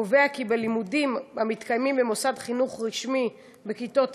קובע כי בלימודים המתקיימים במוסד חינוך רשמי בכיתות